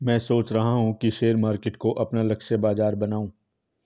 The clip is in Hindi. मैं सोच रहा हूँ कि शेयर मार्केट को अपना लक्ष्य बाजार बनाऊँ